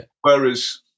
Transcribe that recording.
Whereas